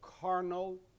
carnal